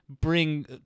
bring